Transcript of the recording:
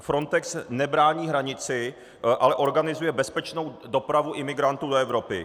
Frontex nebrání hranici, ale organizuje bezpečnou dopravu imigrantů do Evropy.